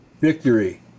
Victory